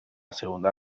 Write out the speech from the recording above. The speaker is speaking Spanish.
segunda